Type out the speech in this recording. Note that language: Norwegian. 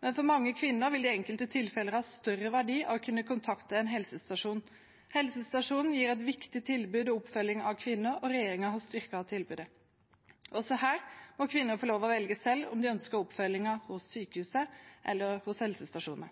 Men for mange kvinner vil det i enkelte tilfeller ha større verdi å kunne kontakte en helsestasjon. Helsestasjonen gir et viktig tilbud i oppfølgingen av kvinner. Regjeringen har styrket tilbudet. Også her må kvinner få lov til å velge selv om de ønsker oppfølgingen på sykehuset eller på helsestasjonen.